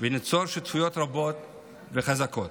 וניצור שותפויות רבות וחזקות.